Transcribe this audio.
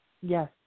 yes